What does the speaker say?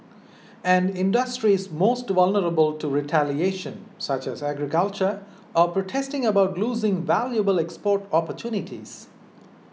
and industries most vulnerable to retaliation such as agriculture are protesting about losing valuable export opportunities